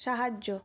সাহায্য